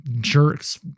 jerk's